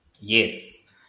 yes